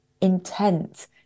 intent